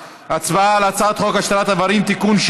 הצבעה על הצעת חוק השתלת איברים (תיקון,